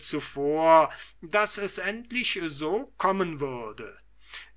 zuvor daß es endlich so kommen würde